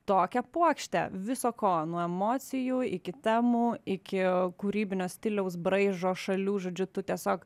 tokią puokštę viso ko nuo emocijų iki temų iki kūrybinio stiliaus braižo šalių žodžiu tu tiesiog